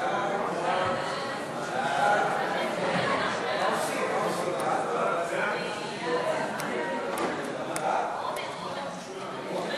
ההצעה להעביר את הצעת חוק הודעה מוקדמת לפיטורים ולהתפטרות (תיקון,